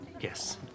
Yes